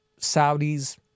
Saudis